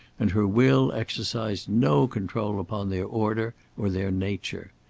and her will exercised no control upon their order or their nature.